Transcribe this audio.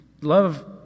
love